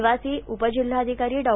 निवासी उपजिल्हाधिकारी डॉ